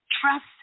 Trust